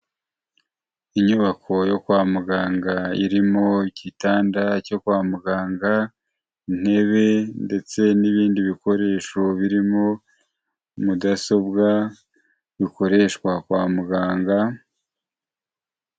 Inyubako yo kwa muganga irimo igitanda cyo kwa muganga, intebe ndetse n'ibindi bikoresho birimo mudasobwa bikoreshwa kwa muganga.